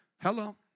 Hello